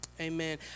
Amen